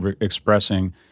expressing